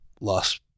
lost